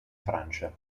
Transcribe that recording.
francia